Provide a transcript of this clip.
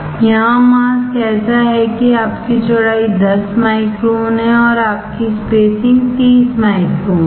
यहां मास्क ऐसा है कि आपकी चौड़ाई 10 माइक्रोन है और आपकी स्पेसिंग 30 माइक्रोन है